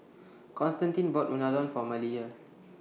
Constantine bought Unadon For Malia